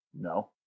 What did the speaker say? No